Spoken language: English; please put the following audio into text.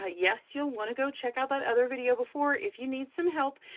ah yes, you'll wanna go check out that other video before, if you need some help,